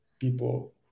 people